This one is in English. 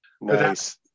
Nice